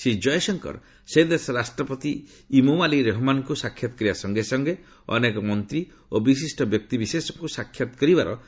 ଶ୍ରୀ ଜୟଶଙ୍କର ସେ ଦେଶର ରାଷ୍ଟ୍ରପତି ଇମୋମାଲି ରହମନଙ୍କୁ ସାକ୍ଷାତ କରିବା ସଙ୍ଗେ ସଙ୍ଗେ ଅନେକ ମନ୍ତ୍ରୀ ଓ ବିଶିଷ୍ଟ ବ୍ୟକ୍ତି ବିଶେଷଙ୍କୁ ସାକ୍ଷାତ କରିବାର କାର୍ଯ୍ୟକ୍ରମ ରହିଛି